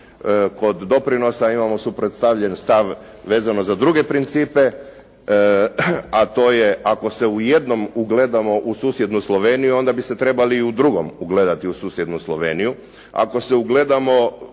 Kod doprinosa imamo suprotstavljen stav vezano za druge principe a to je ako se u jednom ugledamo u susjednu Sloveniju onda bi se trebali i u drugom ugledati u susjednu Sloveniju.